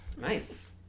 Nice